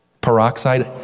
Peroxide